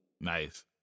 Nice